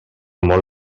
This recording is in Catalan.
molt